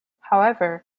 however